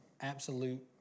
absolute